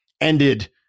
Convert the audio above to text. ended